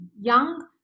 young